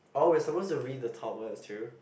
orh we supposed to read the top words too